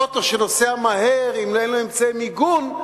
אוטו שנוסע מהר, אם אין לו אמצעי מיגון,